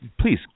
please